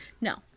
no